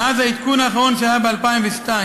מאז העדכון האחרון שהיה ב-2002,